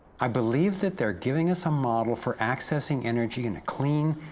i believe that they are giving us a model for accessing energy in a clean,